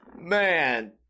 Man